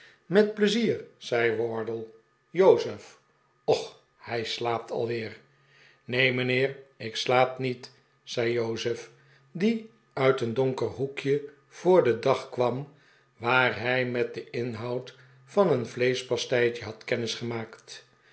met pleizier zei wardle jozef och hij slaapt alweer neen mijnheer ik slaap niet zei jozef die uit een donker hoekje voor den dag kwam waar hij met den inhoud van een vleeschpasteitje had